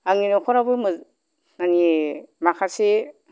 आंनि नखराबो मोजां माने माखासे